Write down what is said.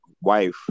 wife